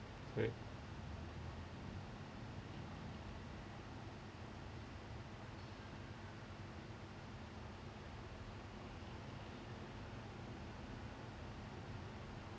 wait